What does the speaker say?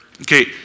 Okay